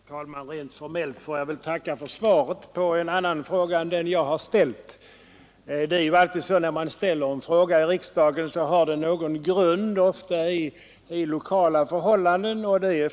Herr talman! Rent formellt får jag väl tacka för svaret på en annan fråga än den jag har ställt. När man ställer en fråga i riksdagen, så har den naturligtvis någon grund, ofta i lokala förhållanden.